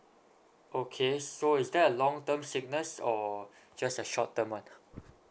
okay so is there a long term sickness or just a shorter term one ah